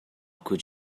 could